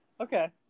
okay